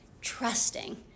trusting